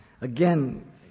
Again